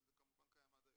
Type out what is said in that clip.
שזה כמובן קיים עד היום.